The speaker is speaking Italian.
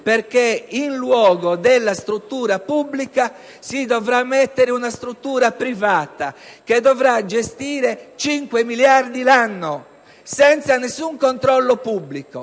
perché in luogo della struttura pubblica nascerà una struttura privata che dovrà gestire cinque miliardi l'anno senza nessun controllo pubblico.